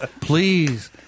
Please